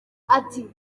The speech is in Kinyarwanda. ati